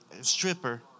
stripper